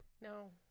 No